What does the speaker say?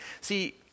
See